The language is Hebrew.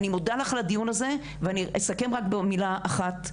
אני מודה לך על הדיון הזה ואני אסכם רק בעוד מילה אחת.